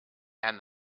and